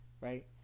Right